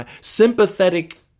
Sympathetic